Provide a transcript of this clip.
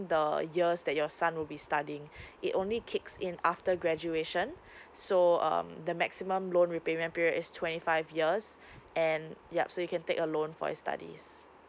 the years that your son will be studying it only kicks in after graduation so um the maximum loan repayment period is twenty five years and yup so you can take a loan for your study